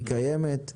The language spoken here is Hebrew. היא קיימת,